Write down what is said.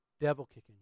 devil-kicking